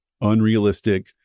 unrealistic